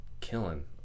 killing